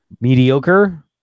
Mediocre